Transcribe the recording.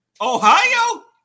Ohio